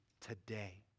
today